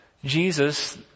Jesus